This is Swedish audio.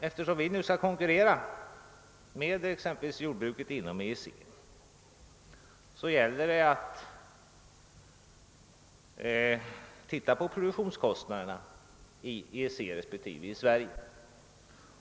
Eftersom vi nu skall konkurrera med jordbruket exempelvis inom EEC gäller det att se på produktionskostnaderna i EEC respektive i Sverige.